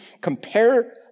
Compare